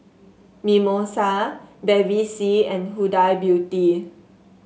Mimosa Bevy C and Huda Beauty